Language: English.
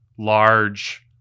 large